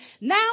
now